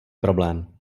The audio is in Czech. problém